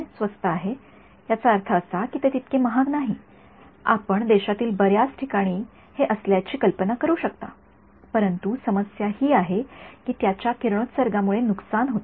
तर क्ष किरण स्वस्त आहे याचा अर्थ असा की हे तितके महाग नाही आपण देशातील बर्याच ठिकाणी हे असल्याची ची कल्पना करू शकता परंतु समस्या ही आहे की याच्या किरणोत्सर्गामुळे नुकसान होते